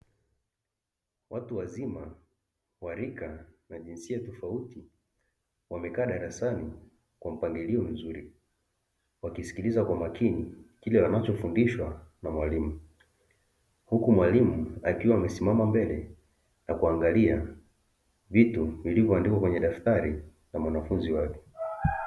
Watu wazima wa rika na jinsia tofauti wamekaa darasani kwa mpangilio mzuri, wakiskiliza kwa makini kile wanachofundishwa na mwalimu, huku mwalimu akiwa amesimama mbele na kuangalia vitu vilivyo andikwa kwenye daftari la mwanafunzi wake.